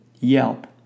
Yelp